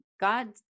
God